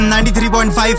93.5